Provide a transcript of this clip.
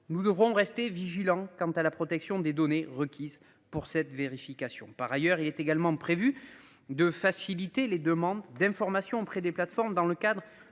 nous devrons rester vigilants quant à la protection des données requises pour cette vérification. Par ailleurs, il est également prévu de faciliter les demandes d'information auprès des plateformes dans le cadre